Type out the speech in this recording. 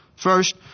First